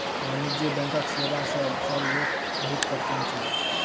वाणिज्य बैंकक सेवा सॅ सभ लोक बहुत प्रसन्न छल